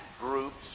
group's